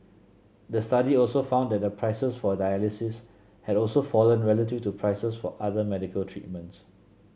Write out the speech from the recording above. the study also found that the prices for dialysis had also fallen relative to prices for other medical treatments